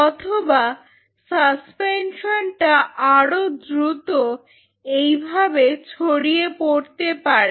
অথবা সাসপেনশনটা আরও দ্রুত এই ভাবে ছড়িয়ে পড়তে পারে